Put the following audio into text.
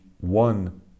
One